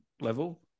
level